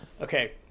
Okay